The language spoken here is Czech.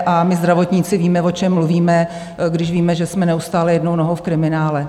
A my zdravotníci víme, o čem mluvíme, když víme, že jsme neustále jednou nohou v kriminále.